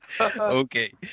Okay